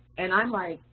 and i'm like,